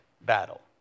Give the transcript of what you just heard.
battle